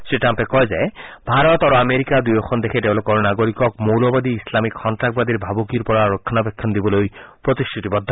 শ্ৰীট্টাম্পে কয় যে ভাৰত আৰু আমেৰিকা দুয়োখন দেশে তেওঁলোকৰ নাগৰিকক মৌলবাদী ইছলামিক সন্ত্ৰাসবাদীৰ ভাবুকিৰ পৰা ৰক্ষণাবেক্ষণ দিবলৈ প্ৰতিশ্ৰুতিবদ্ধ